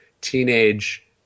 teenage